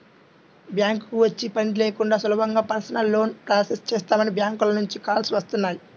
బ్యాంకుకి వచ్చే పని లేకుండా సులభంగా పర్సనల్ లోన్ ప్రాసెస్ చేస్తామని బ్యాంకుల నుంచి కాల్స్ వస్తున్నాయి